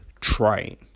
trying